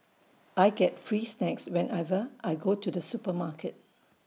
I get free snacks whenever I go to the supermarket